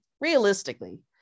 realistically